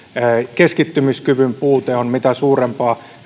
keskittymiskyvyn puute on suurempaa